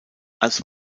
als